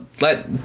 let